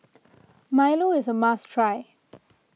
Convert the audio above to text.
Milo is a must try